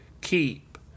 keep